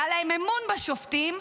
היה להם אמון בשופטים.